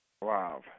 Wow